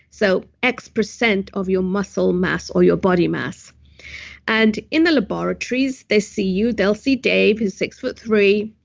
so x percent of your muscle mass or your body mass and in the laboratories, they see you, they'll see dave who's six foot three,